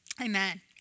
Amen